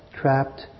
trapped